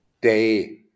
day